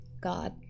God